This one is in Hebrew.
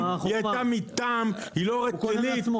היא הייתה מטעם, היא לא רצינית.